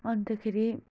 अन्तखेरि